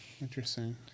interesting